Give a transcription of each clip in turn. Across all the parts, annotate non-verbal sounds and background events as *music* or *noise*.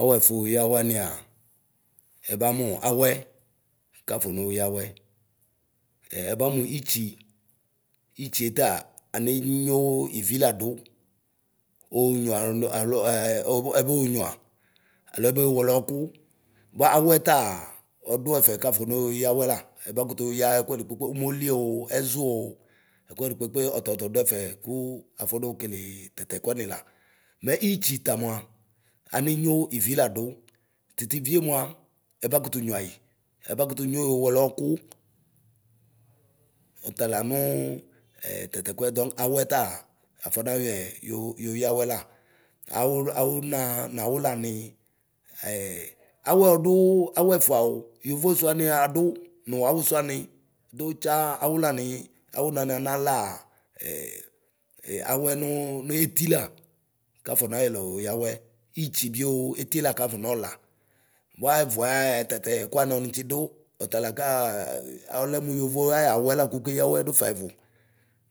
Awuɛfuyɣwuɛnia, ɛbamu awɛ kafonooyɣwɛ; ɛɛ ɛbamu itsi; itsietea aneenyo ivi oonyuia nu alo abuonyuia, aloɛboo weleɛku; bua awɛtaa ɔduɛfɛ kafonooyɣwɛ la. Ɛba kutuooyɣ ɛkuɛdi kpekpe umolio ɛʒuo, ɛkuɛdi kpekpe ɔtɔtɔ ɔduɛfɛ Ku afonoʋ kelee tatɛku amila. Mɛ itsi tamua anenyo iviladu; titivie mua, ɛba kutu nyuiayi, ɛbakutu nyoowele ɔɔtʋ. Ɔtala nuu ɛtatɛkuɛ Dɔŋk awɛ tea afɔnayɔɛ yo yoyɣwe la. Awula awunaa nawulani ɛɛ awɛ ɔdua awefua o: yovosuani adu nuu awusuani; du tsaa awulani awunani analaa ɛɛ awɛ nusi netila kafɔnayɔɛ laoo yowie. Itsibioo etila kafɔnɔla, bua ɛvʋɛa atatɛkuani ɔnatsidu ɔtalaka ɔlɛnu yovo ayawɛ la kuuke yɣwɛ dufaɛvʋ,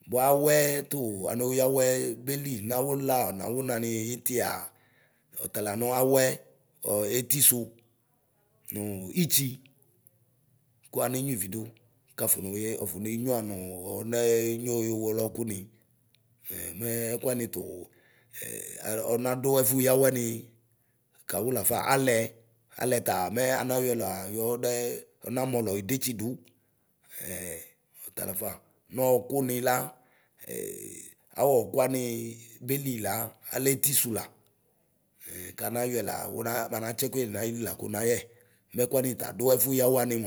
bua awɛɛ tu anoyɣwɛ beli nawula nawunani itiɛa ɔtala nawɛ ɔɔetisu nuu itsi Ku anenyuividu kuafoneye afonenyuia nuu oneenyo yɔwelɔɔ kʋni hm mɛɛ ɛkuanitu ɛɛ ɔndu ɛfuyɣwɛni kawu lafa; alɛ alɛtaa mɛ ana yɔɛla yɔnɛɛ ɔnamɔlɔ idetsidu, ɛɛ ɔtalafa. Nɔɔkʋ nila, *hesitation* awuɔɔkʋwani belila alɛetisu la hm kanayɔɛ la wunaa banatsiɛkuyɛ du naili la kunayɛ. Mɛkuani tadu ɛfuyɣwɛ ani.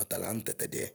atala ŋtatɛdiɛ.